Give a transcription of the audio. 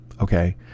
Okay